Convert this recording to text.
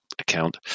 account